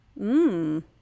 Mmm